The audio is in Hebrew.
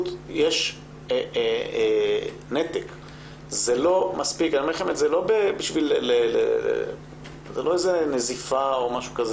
אני לא אומר לכם את זה בתור איזו שהיא נזיפה.